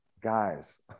Guys